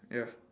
ya